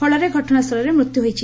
ଫଳରେ ଘଟଣାସ୍କୁଳରେ ମୃତ୍ଧୁ ହୋଇଛି